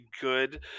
good